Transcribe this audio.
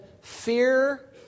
fear